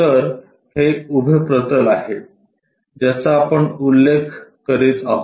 तर हे उभे प्रतल आहे ज्याचा आपण उल्लेख करीत आहोत